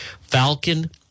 falcon